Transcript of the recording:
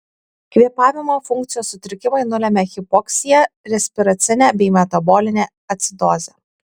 kvėpavimo funkcijos sutrikimai nulemia hipoksiją respiracinę bei metabolinę acidozę